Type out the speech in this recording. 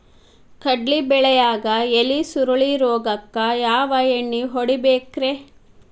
ಕಡ್ಲಿ ಬೆಳಿಯಾಗ ಎಲಿ ಸುರುಳಿ ರೋಗಕ್ಕ ಯಾವ ಎಣ್ಣಿ ಹೊಡಿಬೇಕ್ರೇ?